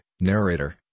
narrator